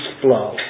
flow